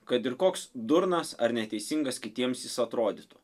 kad ir koks durnas ar neteisingas kitiems jis atrodytų